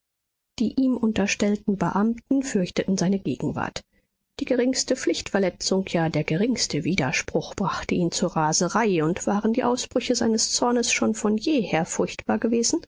die ihm unterstellten beamten fürchteten seine gegenwart die geringste pflichtverletzung ja der geringste widerspruch brachte ihn zur raserei und waren die ausbrüche seines zornes schon von jeher furchtbar gewesen